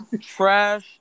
trash